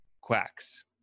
quacks